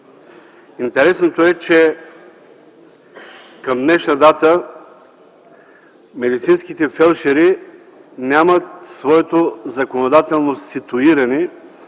Интересното е, че към днешна дата медицинските фелдшери нямат своето законодателно ситуиране